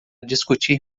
discutir